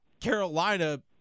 Carolina